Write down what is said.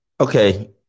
okay